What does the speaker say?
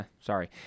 sorry